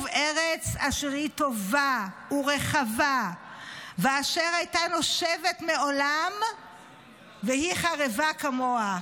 ארץ אשר היא טובה ורחבה ואשר הייתה נושבת מעולם והיא חרבה כמוה.